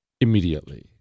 immediately